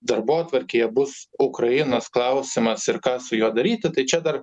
darbotvarkėje bus ukrainos klausimas ir ką su juo daryti tai čia dar